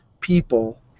people